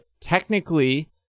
Technically